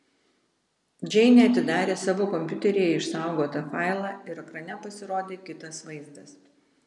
džeinė atidarė savo kompiuteryje išsaugotą failą ir ekrane pasirodė kitas vaizdas